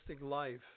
Life